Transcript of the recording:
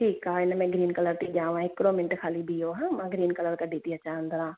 ठीकु आहे हिन में ग्रीन कलर थी ॾियांव हिकिड़ो मिन्ट ख़ाली बीहो हा मां ग्रीन कलर कढी अचां अंदरां